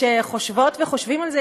כשחושבות וחושבים על זה,